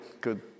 good